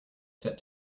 set